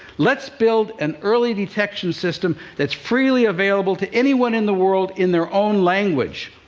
let's build an early detection system that's freely available to anyone in the world in their own language.